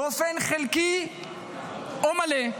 באופן חלקי או מלא,